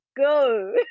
go